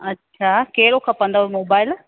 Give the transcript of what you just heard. अच्छा कहिड़ो खपंदव मोबाइल